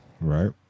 Right